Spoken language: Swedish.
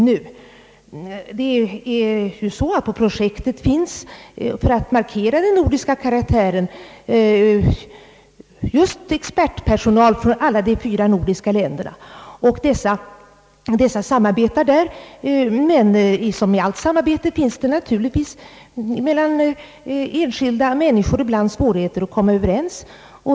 För att markera projektets nordiska karaktär finns det expertpersonal från de olika nordiska länderna. Denna personal samarbetar, men liksom i allt samarbete mellan enskilda människor uppstår ibland svårigheter att komma överens.